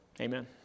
Amen